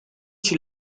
she